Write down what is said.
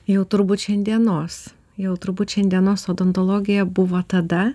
jau turbūt šiandienos jau turbūt šiandienos odontologija buvo tada